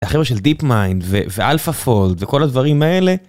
החבר'ה של דיפ-מיינד ואלפה-פולד וכל הדברים האלה.